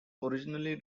originally